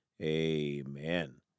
amen